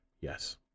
yes